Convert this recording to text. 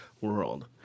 world